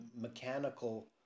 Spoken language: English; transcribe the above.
mechanical